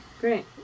great